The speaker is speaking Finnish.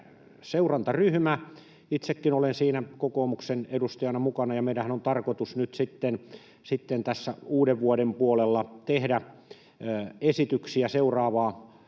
seurantaryhmä. Itsekin olen siinä kokoomuksen edustajana mukana, ja meidänhän on tarkoitus nyt sitten tässä uuden vuoden puolella tehdä esityksiä seuraavaa